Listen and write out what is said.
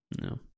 No